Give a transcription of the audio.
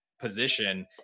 position